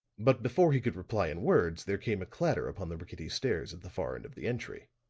but before he could reply in words there came a clatter upon the rickety stairs at the far end of the entry.